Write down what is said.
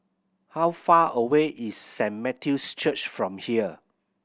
how far away is Saint Matthew's Church from here